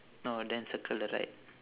no then circle the right